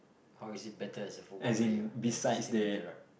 how is he better as a football player than Steven-Gerrard